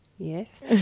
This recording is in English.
Yes